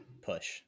push